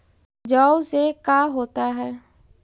जौ से का होता है?